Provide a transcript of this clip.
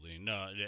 No